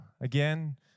again